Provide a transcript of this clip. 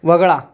वगळा